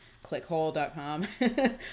Clickhole.com